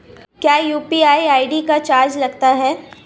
क्या UPI ID का charge लगता है?